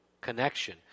connection